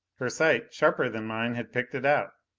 her sight, sharper than mine, had picked it out.